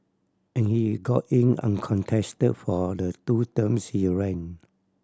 and he got in uncontested for the two terms he ran